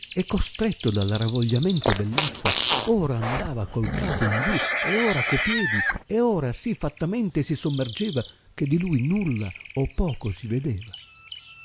e costretto dal ravogliamento dell acqua ora andava col capo in giù e ora co piedi e ora si fattamente si sommergeva che di lui nulla o poco si vedeva